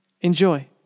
Enjoy